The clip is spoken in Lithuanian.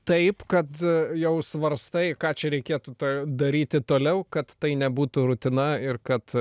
taip kad jau svarstai ką čia reikėtų tą daryti toliau kad tai nebūtų rutina ir kad